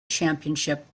championships